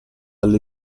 alle